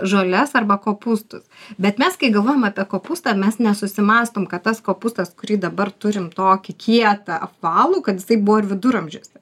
žoles arba kopūstus bet mes kai galvojam apie kopūstą mes nesusimąstom kad tas kopūstas kurį dabar turim tokį kietą apvalų kad jisai buvo ir viduramžiuose